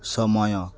ସମୟ